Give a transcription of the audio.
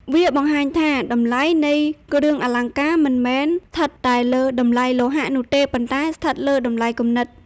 វាបង្ហាញថា តម្លៃនៃគ្រឿងអលង្ការមិនមែនស្ថិតតែលើ "តម្លៃលោហៈ" នោះទេ ប៉ុន្តែស្ថិតលើ "តម្លៃគំនិត"។